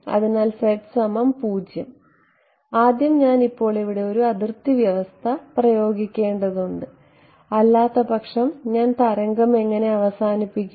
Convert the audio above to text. അതിനാൽ z 0 ആദ്യം ഞാൻ ഇപ്പോൾ ഇവിടെ ഒരു അതിർത്തി വ്യവസ്ഥ പ്രയോഗിക്കേണ്ടതുണ്ട് അല്ലാത്തപക്ഷം ഞാൻ തരംഗം എങ്ങനെ അവസാനിപ്പിക്കും